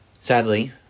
Sadly